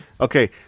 Okay